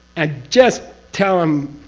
ah just tell um